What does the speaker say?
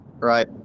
right